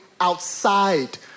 outside